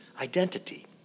identity